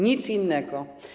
Nic innego.